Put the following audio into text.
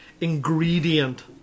ingredient